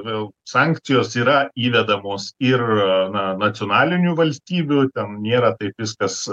vėl sankcijos yra įvedamos ir na nacionalinių valstybių ten nėra taip viskas